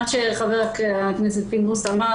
מה שחבר הכנסת פינדרוס אמר,